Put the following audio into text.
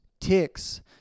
ticks